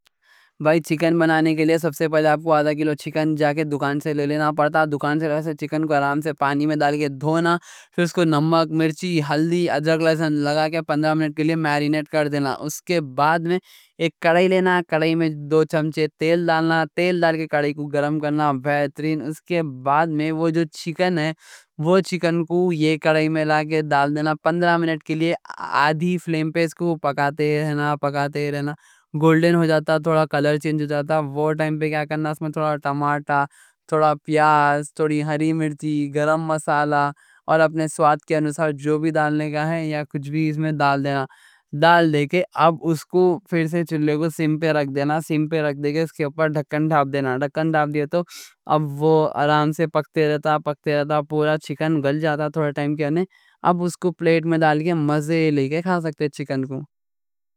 بائی چکن بنانے کے لیے سب سے پہلے آپ کو آدھا کیلو چکن جا کے دکان سے لے لینا پڑتا۔ چکن کو آرام سے پانی میں ڈال کے دھونا، پھر اس کو نمک، مرچی، ہلدی، ادرک، لیسن لگا کے پندرہ منٹ کے لیے میرینیٹ کر دینا۔ اس کے بعد میں ایک کڑاہی لینا، کڑاہی میں دو چمچے تیل ڈالنا، تیل ڈال کے کڑاہی کو گرم کرنا، بہترین۔ اس کے بعد میں وہ جو چکن ہے وہ چکن کو کڑاہی میں ڈال دینا۔ پندرہ منٹ کے لیے آدھی فلیم پہ اس کو پکاتے رہنا۔ پکاتے رہنا، گولڈن ہو جاتا، تھوڑا کلر چینج ہو جاتا۔ وہ ٹائم پہ کیا کرنا، اس میں تھوڑا ٹماٹا، تھوڑا پیاز، تھوڑی ہری مرچی، گرم مسالہ اور اپنے سواد کے انسار جو بھی ڈالنے کا ہے یا کچھ بھی اس میں ڈال دینا۔ ڈال دے کے اب اس کو پھر سے چولے کو سم پہ رکھ دینا۔ سم پہ رکھ دی کے اس کے اوپر ڈھکن ڈھاپ دینا۔ ڈھکن ڈھاپ دیے تو اب وہ آرام سے پکتے رہتا، پکتے رہتا، پورا چکن گل جاتا، تھوڑا ٹائم کیا نہیں۔ اب اس کو پلیٹ میں ڈال کے مزے لے کے کھا سکتے چکن کو۔